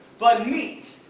but meat?